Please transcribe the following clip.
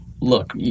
look